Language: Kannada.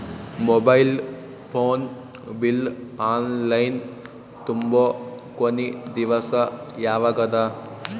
Mobile phone bill online ತುಂಬೊ ಕೊನಿ ದಿವಸ ಯಾವಗದ?